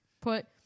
put